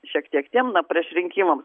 šiek tiek tiem prieš rinkimams